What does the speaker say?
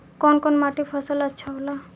कौन कौनमाटी फसल ला अच्छा होला?